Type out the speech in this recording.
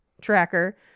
tracker